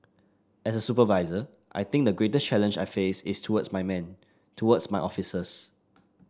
as a supervisor I think the greatest challenge I face is towards my men towards my officers